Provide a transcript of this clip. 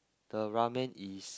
the ramen is